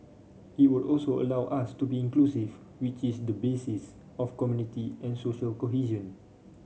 it would also allow us to be inclusive which is the basis of community and social cohesion